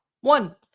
one